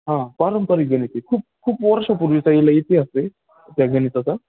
हां पारंपरिक गणित आहे खूप खूप वर्षापूर्वीचा याला इतिहास आहे त्या गणिताचा